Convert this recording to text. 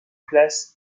place